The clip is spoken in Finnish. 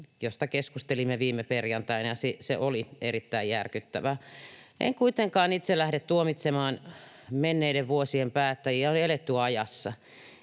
josta keskustelimme viime perjantaina. Se oli erittäin järkyttävää. En kuitenkaan itse lähde tuomitsemaan menneiden vuosien päättäjiä. On eletty ajassa,